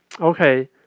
okay